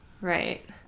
Right